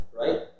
right